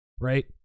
right